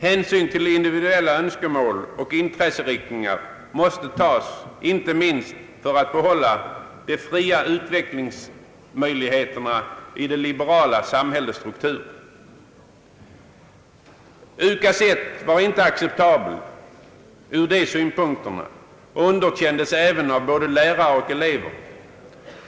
Hänsyn till individuella önskemål och intresseriktningar måste tas inte minst för att man skall få behålla de fria utvecklingsmöjligheterna i det liberala samhällets struktur. UKAS I var inte acceptabel ur de synpunkterna och underkändes även av både lärare och elever.